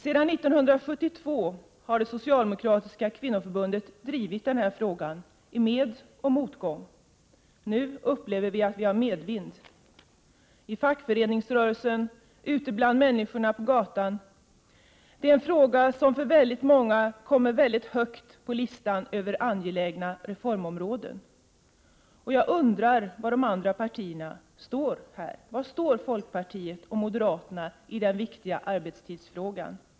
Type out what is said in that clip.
Sedan 1972 har det socialdemokratiska kvinnoförbundet drivit denna fråga, i medoch motgång. Nu upplever vi att vi har medvind i fackföreningsrörelsen, ute bland människorna på gatan. Detta är en fråga som för väldigt många kommer mycket högt på listan över angelägna reformområden. Jag undrar var de andra partierna står i denna fråga. Var står folkpartiet och moderaterna i denna viktiga arbetstidsfråga?